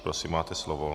Prosím, máte slovo.